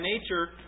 nature